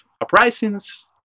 uprisings